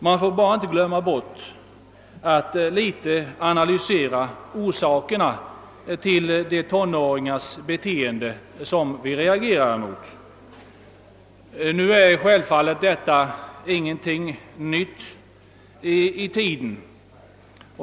Man får inte glömma bort att något litet analysera orsakerna till tonåringarnas beteenden och orsakerna till det som vi reagerar mot. Nu är detta trots allt inte någonting nytt i tiden.